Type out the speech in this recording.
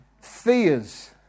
Fears